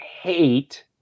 hate